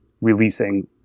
releasing